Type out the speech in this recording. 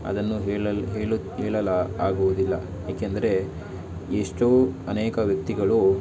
ಅದನ್ನು ಹೇಳಲು ಹೇಳುತ್ ಹೇಳಲು ಆಗುವುದಿಲ್ಲ ಏಕೆಂದರೆ ಎಷ್ಟೋ ಅನೇಕ ವ್ಯಕ್ತಿಗಳು